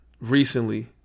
recently